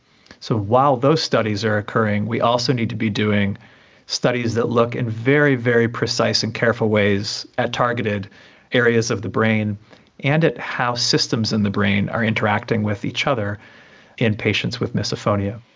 so while those studies are occurring we also need to be doing studies that look in and very, very precise and careful ways at targeted areas of the brain and at how systems in the brain are interacting with each other in patients with misophonia.